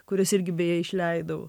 kurias irgi beje išleidau